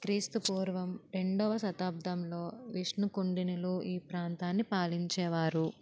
క్రీస్తు పూర్వం రెండవ శతాబ్దంలో విష్ణుకుండినలు ఈ ప్రాంతాన్ని పాలించేవారు